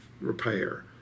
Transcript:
repair